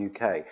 UK